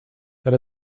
that